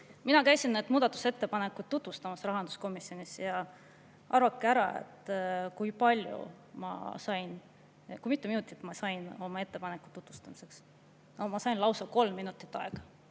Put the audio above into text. Mina käisin neid muudatusettepanekuid tutvustamas rahanduskomisjonis ja arvake ära, kui palju aega ma sain, mitu minutit ma sain oma ettepanekute tutvustamiseks. Ma sain lausa kolm minutit aega!